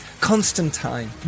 Constantine